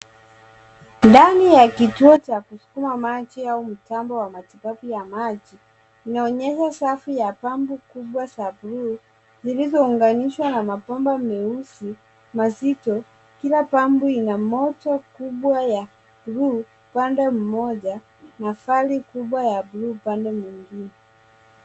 Ndani ya kituo cha kuskuma maji au mtambo wa matibabu ya maji tunaonyeshwa safu ya pampu kubwa za buluu zilizounganishwa na mabomba meusi mazito, kila pampu ina moja kubwa ya buluu upande moja fani kubwa ya buluu upande mwingine.